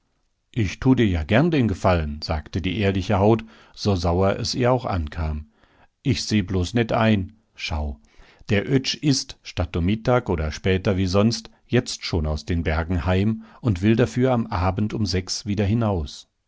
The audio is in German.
ich tu dir ja gern den gefallen sagte die ehrliche haut so sauer es ihr auch ankam ich seh bloß net ein schau der oetsch ist statt um mittag oder später wie sonst jetzt schon aus den bergen heim und will dafür am abend um sechs wieder hinaus